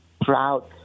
proud